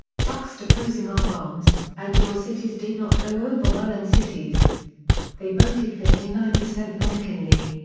juxtaposing our farms and your cities did not go over well in cities they voted fifty nine percent for mckinley.